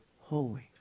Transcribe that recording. holy